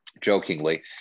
Jokingly